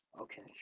okay